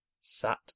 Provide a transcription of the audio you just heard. sat